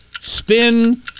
spin